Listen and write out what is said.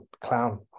clown